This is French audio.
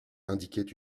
indiquait